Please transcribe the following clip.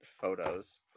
photos